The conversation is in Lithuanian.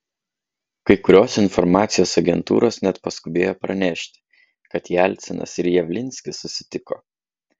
kai kurios informacijos agentūros net paskubėjo pranešti kad jelcinas ir javlinskis susitiko